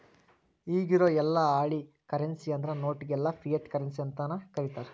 ಇಗಿರೊ ಯೆಲ್ಲಾ ಹಾಳಿ ಕರೆನ್ಸಿ ಅಂದ್ರ ನೋಟ್ ಗೆಲ್ಲಾ ಫಿಯಟ್ ಕರೆನ್ಸಿ ಅಂತನ ಕರೇತಾರ